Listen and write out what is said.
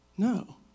No